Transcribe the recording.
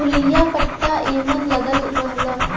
पुलिया पट्टा एमन लगल रहला